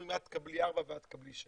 או אם את תקבלי 4 ואת תקבלי 6,